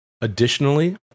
Additionally